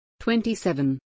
27